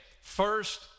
first